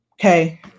Okay